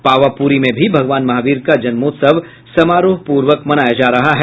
पावापुरी में भी भगवान महावीर का जन्मोत्सव समारोहपूर्वक मनाया जा रहा है